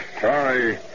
Sorry